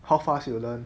how fast you learn